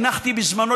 הנחתי בזמנו,